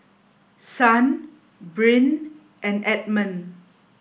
Son Brynn and Edmund